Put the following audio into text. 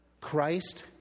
Christ